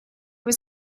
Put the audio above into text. was